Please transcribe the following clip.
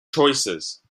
choices